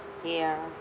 ya